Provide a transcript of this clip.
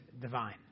divine